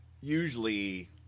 usually